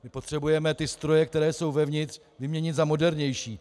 My potřebujeme ty stroje, které jsou uvnitř, vyměnit za modernější.